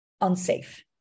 unsafe